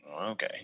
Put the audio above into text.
Okay